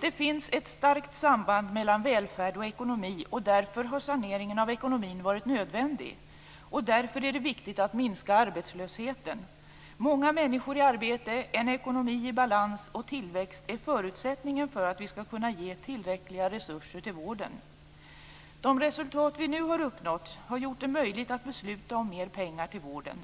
Det finns ett starkt samband mellan välfärd och ekonomi, och därför har saneringen av ekonomin varit nödvändig. Därför är det viktigt att minska arbetslösheten. Många människor i arbete, en ekonomi i balans och tillväxt är förutsättningen för att vi skall kunna ge tillräckliga resurser till vården. De resultat vi nu har uppnått har gjort det möjligt att besluta om mer pengar till vården: